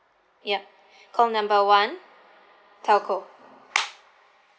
ya call number one telco